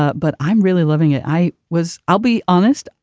ah but i'm really loving it. i was. i'll be honest.